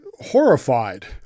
horrified